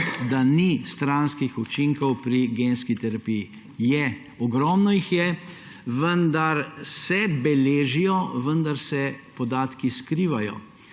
da ni stranskih učinkov pri genski terapiji. Je, ogromno jih je, se beležijo, vendar se podatki skrivajo.